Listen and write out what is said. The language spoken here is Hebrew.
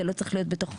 זה לא צריך להיות בחוק,